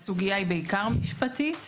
הסוגיה היא בעיקר משפטית,